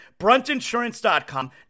Bruntinsurance.com